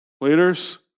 leaders